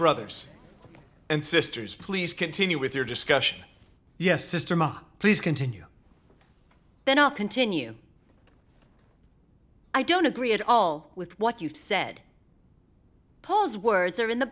brothers and sisters please continue with your discussion yes systema please continue ben i'll continue i don't agree at all with what you've said pose words are in the